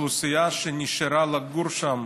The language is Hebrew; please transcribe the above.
האוכלוסייה שנשארה לגור שם